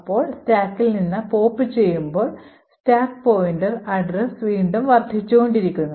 നമ്മൾ സ്റ്റാക്കിൽ നിന്ന് പോപ്പ് ചെയ്യുമ്പോൾ സ്റ്റാക്ക് പോയിന്റർ അഡ്രസ്സ് വീണ്ടും വർദ്ധിച്ചുകൊണ്ടിരിക്കുന്നു